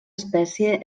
espècie